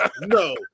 no